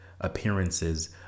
appearances